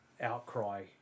outcry